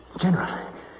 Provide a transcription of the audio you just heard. General